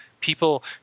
People